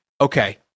Okay